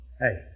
Hey